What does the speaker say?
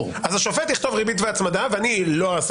השופט יכתוב ריבית והצמדה ואני לא אעשה